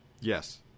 Yes